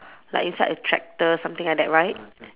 like inside a tractor something like that right